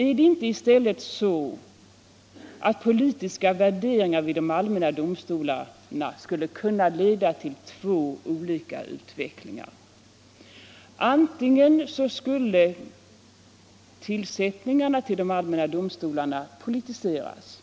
Är det inte i stället så att politiska värderingar vid de allmänna domstolarna skulle kunna leda till två olika utvecklingar? Antingen skulle tillsättningarna till de allmänna domstolarna politiseras